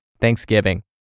Thanksgiving